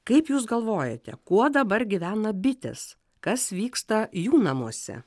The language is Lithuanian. kaip jūs galvojate kuo dabar gyvena bitės kas vyksta jų namuose